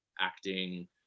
acting